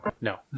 No